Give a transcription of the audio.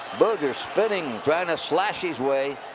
boozer spinning. trying to slash his way.